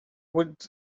would